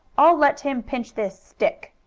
i'll let him pinch this stick,